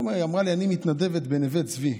היא אמרה לי: אני מתנדבת בנווה צבי.